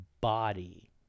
body